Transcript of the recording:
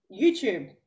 youtube